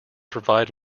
provide